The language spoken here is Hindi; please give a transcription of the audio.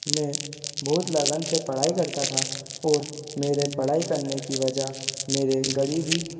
मैं बहुत लगन से पढ़ाई करता था और मेरे पढ़ाई करने की वजह मेरे गरीबी